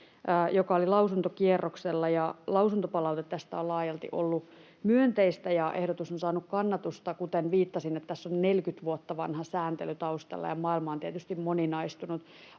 joka oli lausuntokierroksella. Lausuntopalaute tästä on ollut laajalti myönteistä, ja ehdotus on saanut kannatusta. Kuten viittasin, tässä on 40 vuotta vanha sääntely taustalla, ja maailma on tietysti moninaistunut,